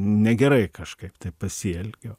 negerai kažkaip taip pasielgiau